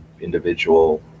individual